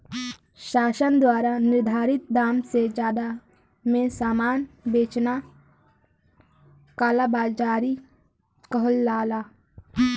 शासन द्वारा निर्धारित दाम से जादा में सामान बेचना कालाबाज़ारी कहलाला